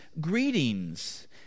greetings